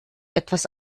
etwas